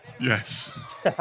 Yes